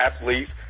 athletes